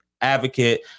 advocate